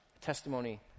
testimony